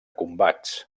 combats